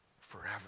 forever